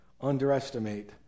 underestimate